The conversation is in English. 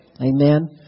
Amen